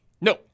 No